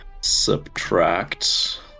subtract